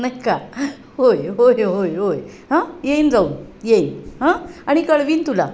नाही का होय होय होय होय हं येईन जाऊन येईन हं आणि कळवीन तुला